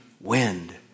wind